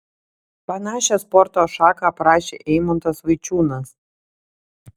panašią sporto šaką aprašė eimuntas vaičiūnas